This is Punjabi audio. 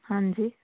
ਹਾਂਜੀ